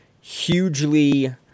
hugely